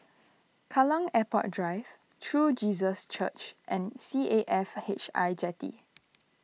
Kallang Airport Drive True Jesus Church and C A F H I Jetty